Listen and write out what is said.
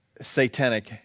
satanic